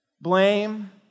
blame